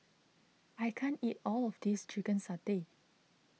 I can't eat all of this Chicken Satay